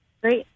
Great